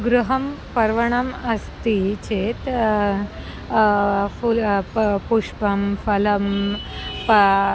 गृहे पर्वः अस्ति चेत् फलं पुष्पं फलं पा